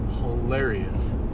hilarious